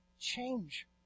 change